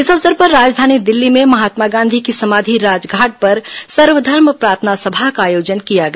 इस अवसर पर राजधानी दिल्ली में महात्मा गांधी की समाधि राजघाट पर सर्वधर्म प्रार्थना सभा का आयोजन किया गया